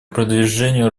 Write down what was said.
продвижению